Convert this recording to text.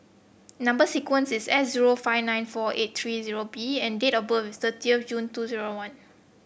number sequence is S zero five nine four eight three zero B and date of birth is thirtieth of June two zero one